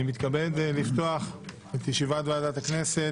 אני מתכבד לפתוח את ישיבת ועדת הכנסת.